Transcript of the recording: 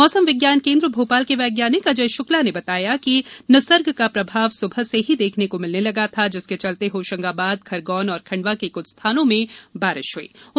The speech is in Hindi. मौसम विज्ञान केन्द्र भोपाल के वैज्ञानिक अजय शुक्ला ने बताया है कि निसर्ग का प्रभाव सुबह से ही देखने को मिलने लगा था जिसके चलते होशंगाबाद खरगोन और खंडवा के कुछ स्थानों में वर्षा हुयी